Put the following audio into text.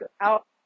out